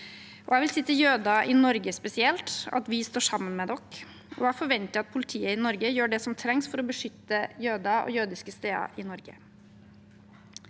Jeg vil si til jøder i Norge spesielt at vi står sammen med dem, og jeg forventer at politiet i Norge gjør det som trengs for å beskytte jøder og jødiske steder i Norge.